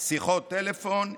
שיחות טלפון,